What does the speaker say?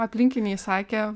aplinkiniai sakė